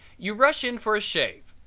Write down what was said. you rush in for a shave.